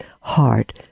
heart